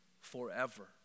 forever